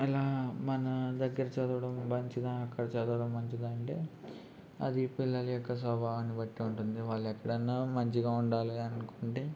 అలా మన దగ్గర చదవడం మంచిగా అక్కడ చదవడం మంచిగా అంటే అది పిల్లల యొక్క స్వభావాన్ని బట్టి ఉంటుంది వాళ్ళు ఎక్కడున్నా మంచిగా ఉండాలి అనుకుంటే